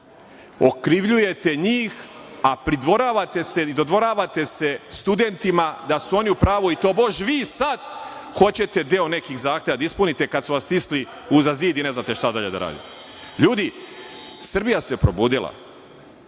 GD/MPOkrivljujete njih, a pridvoravate i dodvoravate se studentima da su oni u pravu i tobož vi sada hoćete deo nekih zahteva da ispunite kada su vas stisli uz zid i ne znate šta dalje da radite. Ljudi, Srbija se probudila.